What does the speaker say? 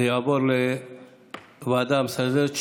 זה יעבור לוועדה המסדרת,